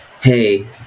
hey